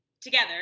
together